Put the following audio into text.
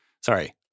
Sorry